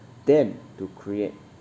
than to create